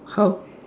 how